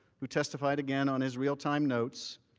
who testified again on his real-time notes,